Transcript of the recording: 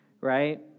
right